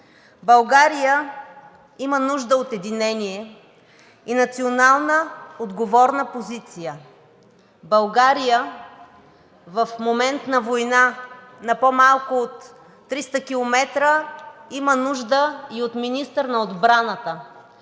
България има нужда от единение и национална отговорна позиция. България в момент на война на по-малко от 300 км има нужда и от министър на отбраната,